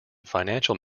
financial